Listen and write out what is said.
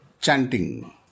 chanting